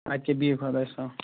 اَدٕ کیٛاہ بِہِو خدایَس حَوالہٕ